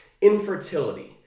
infertility